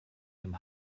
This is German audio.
dem